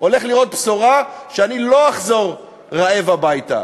הולך לראות בשורה שאני לא אחזור רעב הביתה,